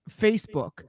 Facebook